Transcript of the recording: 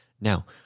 Now